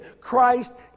Christ